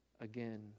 again